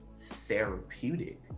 therapeutic